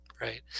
right